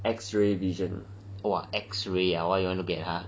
X-ray vision or X-ray ya why you want to get ha